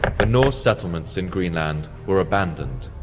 the norse settlements in greenland were abandoned,